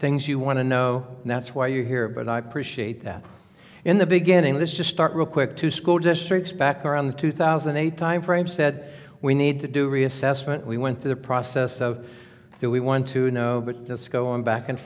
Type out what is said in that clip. things you want to know and that's why you're here but i appreciate that in the beginning let's just start real quick to school districts back around the two thousand and eight timeframe said we need to do reassessment we went through the process of that we want to know but it's going back and